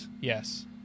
yes